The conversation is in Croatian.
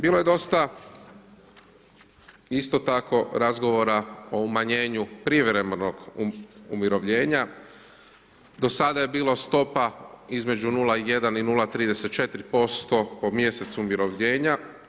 Bilo je dosta isto tako razgovora o umanjenju privremenog umirovljenja, do sada je bila stopa između 0,1 i 0,34% po mjesecu umirovljenje.